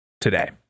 today